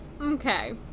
Okay